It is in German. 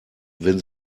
wenn